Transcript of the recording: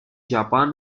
japan